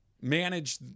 manage